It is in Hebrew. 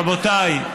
רבותיי,